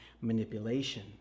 manipulation